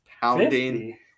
pounding